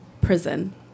prison